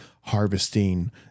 harvesting